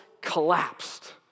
collapsed